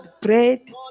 prayed